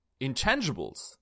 intangibles